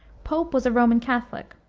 pope was a roman catholic,